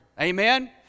Amen